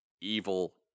evil